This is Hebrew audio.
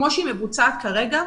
כמו שהיא מבוצעת כרגע,